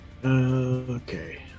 Okay